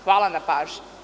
Hvala na pažnji.